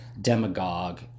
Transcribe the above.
demagogue